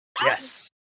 Yes